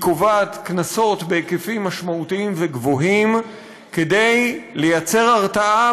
היא קובעת קנסות בהיקפים משמעותיים וגבוהים כדי ליצור הרתעה